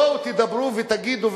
בואו תדברו ותגידו.